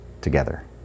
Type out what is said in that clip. together